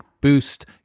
boost